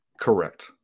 Correct